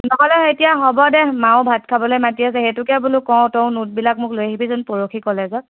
নহ'লে এতিয়া হ'ব দে মায়েও ভাত খাবলৈ মাতি আছে সেইটোকে বোলো কওঁ তইও নোটবিলাক মোক লৈ আহিবিচোন পৰহি কলেজত